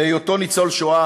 בהיותו ניצול השואה,